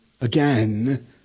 again